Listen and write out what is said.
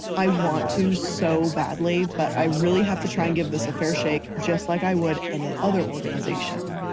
i want to so badly but i really have to try and give this a fair shake just like i would any other organization.